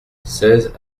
seize